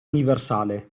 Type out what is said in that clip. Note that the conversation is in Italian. universale